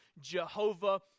Jehovah